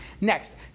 Next